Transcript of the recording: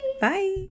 bye